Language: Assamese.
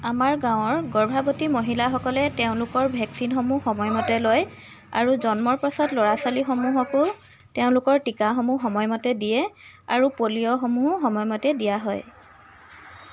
আমাৰ গাঁৱৰ গৰ্ভৱতী মহিলাসকলে তেওঁলোকৰ ভেকচিনসমূহ সময়মতে লয় আৰু জন্মৰ পিছত ল'ৰা ছোৱালী সমূহকো তেওঁলোকৰ টীকাসমূহ সময়মতে দিয়ে আৰু পলিঅ'সমূহো সময়মতে দিয়া হয়